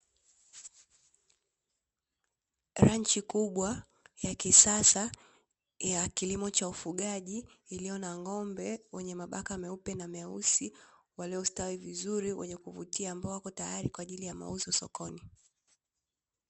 Ranchi kubwa ya kisasa ya kilimo cha ufugaji iliyo na ng'ombe wenye mabaka meupe na meusi waliostawi vizuri na wenye kuvutia ambao wako tayari kwa mauzo sokoni.